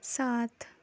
ساتھ